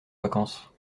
vacances